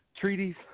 treaties